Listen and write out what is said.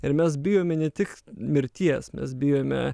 ir mes bijome ne tik mirties mes bijome